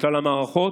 בכלל המערכות,